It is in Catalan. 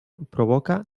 provoca